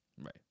Right